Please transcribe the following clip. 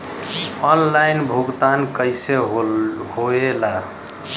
Online भुगतान कैसे होए ला?